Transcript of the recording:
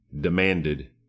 Demanded